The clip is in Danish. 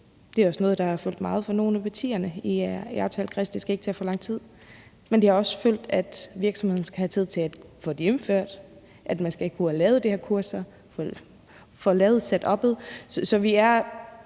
Det er også noget, der har fyldt meget for nogle af partierne i aftalekredsen – at det ikke skal tage for lang tid. Men det har også fyldt, at virksomheden skal have tid til at få det indført, at man skal kunne få lavet de her kurser, få lavet setuppet. Så vi er